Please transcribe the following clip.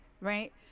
right